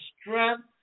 strength